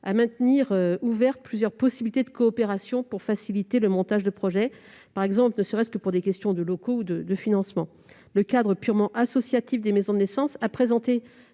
à élargir les possibilités de coopération pour faciliter le montage des projets, ne serait-ce que pour des questions de locaux ou de financement. Le cadre purement associatif des maisons de naissance a présenté